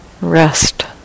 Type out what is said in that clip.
rest